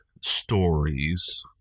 stories